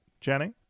jenny